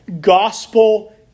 gospel